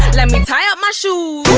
let me tie up my shoes. who